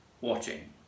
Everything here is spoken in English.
watching